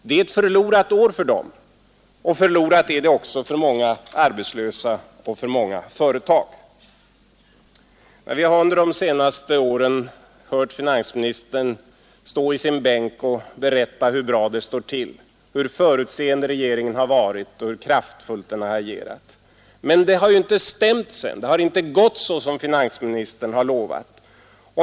Det är ett förlorat år för dem, och det är ett förlorat år också för många arbetslösa och för många företag. Vi har under de senaste åren hört finansministern stå i sin bänk och berätta hur bra det står till, hur förutseende regeringen har varit och hur kraftfullt den har agerat. Men det har inte stämt sedan, det har inte gått 133 som finansministern har lovat.